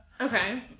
Okay